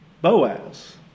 Boaz